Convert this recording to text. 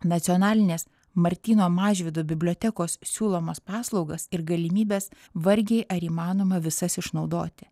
nacionalinės martyno mažvydo bibliotekos siūlomas paslaugas ir galimybes vargiai ar įmanoma visas išnaudoti